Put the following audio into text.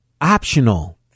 optional